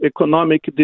economic